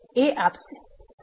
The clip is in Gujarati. આપશે